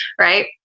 right